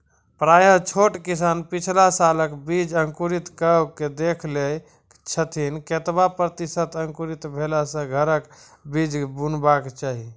प्रायः छोट किसान पिछला सालक बीज अंकुरित कअक देख लै छथिन, केतबा प्रतिसत अंकुरित भेला सऽ घरक बीज बुनबाक चाही?